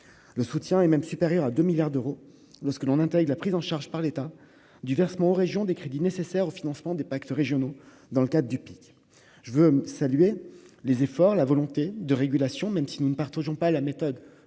le soutien est même supérieur à 2 milliards d'euros, lorsque l'on intègre la prise en charge par l'état du versement aux régions des crédits nécessaires au financement des pactes régionaux dans le cadre du pic, je veux saluer les efforts, la volonté de régulation, même si nous ne partageons pas la méthode